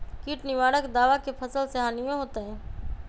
किट निवारक दावा से फसल के हानियों होतै?